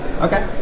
Okay